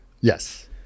Yes